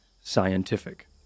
scientific